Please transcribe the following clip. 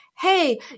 hey